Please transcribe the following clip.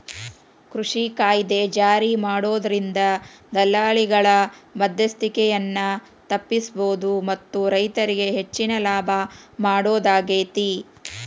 ಕೃಷಿ ಕಾಯ್ದೆ ಜಾರಿಮಾಡೋದ್ರಿಂದ ದಲ್ಲಾಳಿಗಳ ಮದ್ಯಸ್ತಿಕೆಯನ್ನ ತಪ್ಪಸಬೋದು ಮತ್ತ ರೈತರಿಗೆ ಹೆಚ್ಚಿನ ಲಾಭ ಮಾಡೋದಾಗೇತಿ